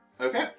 Okay